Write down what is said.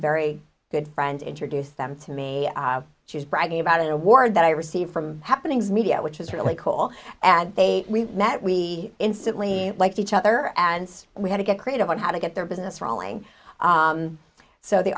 very good friend introduce them to me she was bragging about an award that i received from happenings media which is really cool and they we that we instantly liked each other and we had to get creative on how to get their business rolling so the